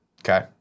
Okay